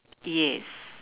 yes